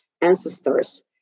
ancestors